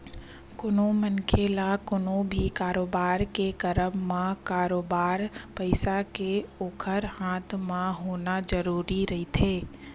कोनो मनखे ल कोनो भी कारोबार के करब म बरोबर पइसा के ओखर हाथ म होना जरुरी रहिथे